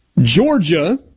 Georgia